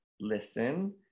Listen